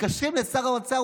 מתקשרים לשר האוצר,